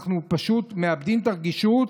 אנחנו פשוט מאבדים את הרגישות.